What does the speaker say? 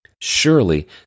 Surely